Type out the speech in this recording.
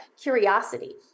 curiosity